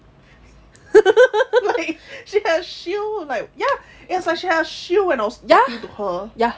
like she has a shield like she has a shield when I was talking to her